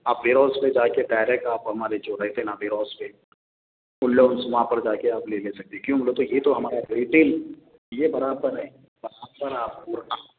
آپ warehouse پہ جا کے ڈائریکٹ آپ ہمارے جو رہتے نا ویر ہاؤز پہ ان لوگوں سے وہاں پر جا کے آپ لے لے سکتے کیوں بولے تو یہ تو ہمارا ریٹیل یہ برابر ہے وہاں پر آپ کو نا